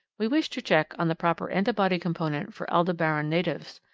we wish to check on the proper antibody component for aldebaran natives.